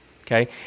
okay